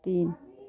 तीन